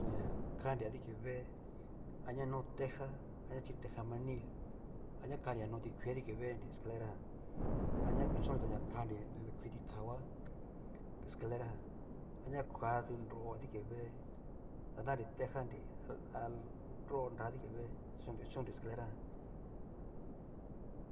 Kuñon ton ña kanri adiki vée ana nó texa, ana chinoi tejamanil a ña kanri na no tikuii kadiki veenri escalera jan aña kuchonritón ña kanri ña kui ti kahua, escalera jan aña ka tu nro adiki vée, danranri texanri a nro ka adiki vée, kucho kuchonnri escalera jan.